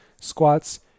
squats